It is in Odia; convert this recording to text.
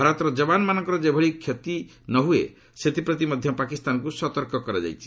ଭାରତର ଯବାନମାନଙ୍କର ଯେଭଳି କୌଣସି କ୍ଷତି ନ ହୁଏ ସେଥିପ୍ରତି ମଧ୍ୟ ପାକିସ୍ତାନକୁ ସତର୍କ କରାଯାଇଛି